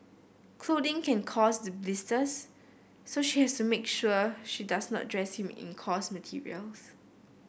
clothing can cause the blisters so she has make sure she does not dress him in coarse materials